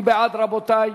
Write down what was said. מי בעד, רבותי?